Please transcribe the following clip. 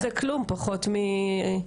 היא תיחשף ולא ייצא מזה כלום, פחות מחצי אחוז.